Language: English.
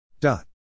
dot